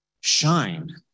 shine